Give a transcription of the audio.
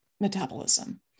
metabolism